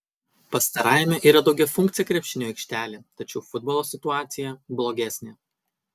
pastarajame yra daugiafunkcė krepšinio aikštelė tačiau futbolo situacija blogesnė